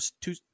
two